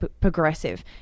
progressive